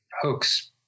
hoax